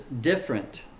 different